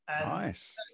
Nice